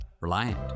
Reliant